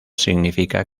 significa